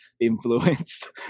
influenced